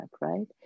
right